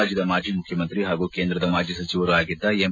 ರಾಜ್ಯದ ಮಾಜಿ ಮುಖ್ಯಮಂತ್ರಿ ಹಾಗೂ ಕೇಂದ್ರದ ಮಾಜಿ ಸಚಿವರೂ ಆಗಿದ್ದ ಎಂ